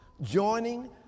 joining